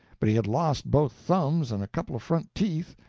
but he had lost both thumbs and a couple of front teeth,